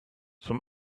some